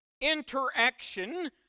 interaction